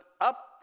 up